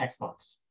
Xbox